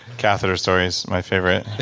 catheter stories, my favorite